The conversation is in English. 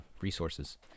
resources